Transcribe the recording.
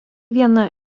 viena